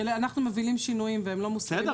אנחנו מובילים שינויים והם לא מוסכמים על הענף --- בסדר,